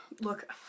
look